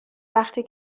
وقتی